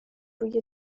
روی